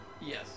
Yes